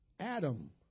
Adam